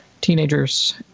teenagers